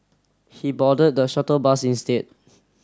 he boarded the shuttle bus instead